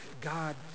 God